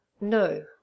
No